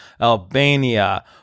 Albania